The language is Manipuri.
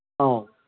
ꯑꯧ